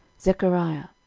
zechariah,